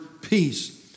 peace